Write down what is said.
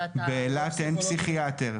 באילת אין פסיכיאטר.